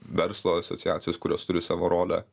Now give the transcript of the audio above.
verslo asociacijos kurios turi savo rolę